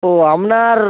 ও আপনার